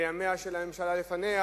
בימיה של הממשלה שלפניה